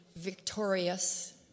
victorious